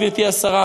גברתי השרה,